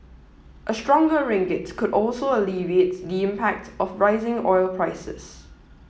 a stronger ringgit could also alleviate the impact of rising oil prices